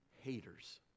haters